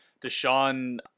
Deshaun